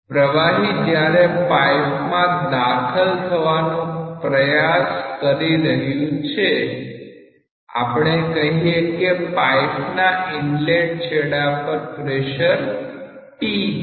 પ્રવાહી જ્યારે પાઇપમાં દાખલ થવાનો પ્રયાસ કરી રહ્યું છે આપણે કહીએ કે પાઈપ ના ઇનલેટ છેડા પર પ્રેશર p છે